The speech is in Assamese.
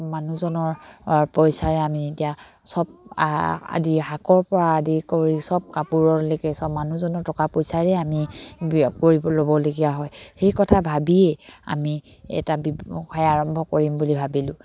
মানুহজনৰ পইচাৰে আমি এতিয়া চব আদি শাকৰ পৰা আদি কৰি চব কাপোৰলৈকে চব মানুহজনৰ টকা পইচাৰেই আমি কৰিব ল'বলগীয়া হয় সেই কথা ভাবিয়েই আমি এটা ব্যৱসায় আৰম্ভ কৰিম বুলি ভাবিলোঁ